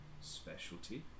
specialty